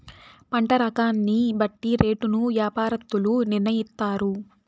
పంట రకాన్ని బట్టి రేటును యాపారత్తులు నిర్ణయిత్తారు